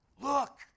Look